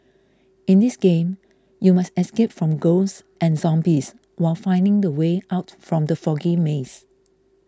in this game you must escape from ghosts and zombies while finding the way out from the foggy maze